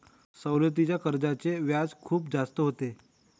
सवलतीच्या कर्जाचे व्याज खूप जास्त होते